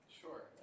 Sure